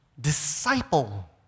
disciple